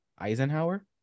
Eisenhower